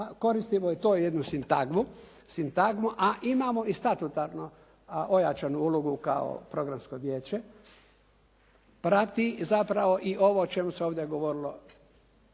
koristimo to i jednu sintagmu, a imamo i statutarno ojačanu ulogu kao Programsko vijeće. Prati zapravo i ovo o čemu se ovdje govorilo.